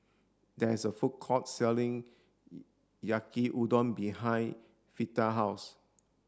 there is a food court selling Yaki Udon behind Fleeta's house